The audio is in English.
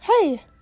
Hey